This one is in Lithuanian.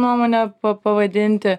nuomone pavadinti